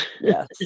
yes